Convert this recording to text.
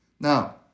Now